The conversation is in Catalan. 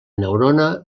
neurona